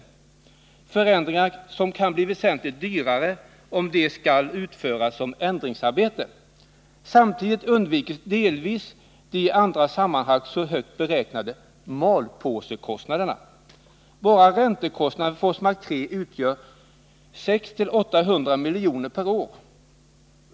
Dessa förändringar kan bli väsentligt dyrare om de skall utföras i efterhand. Samtidigt undvikes delvis de i andra sammanhang så högt beräknade ”malpåsekostnaderna”. Bara räntekostnaderna för Forsmark 3 utgör 600-800 miljoner per år.